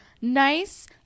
nice